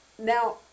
Now